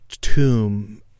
tomb